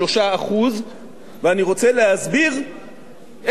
ואני רוצה להסביר איך קבענו את היעד החדש.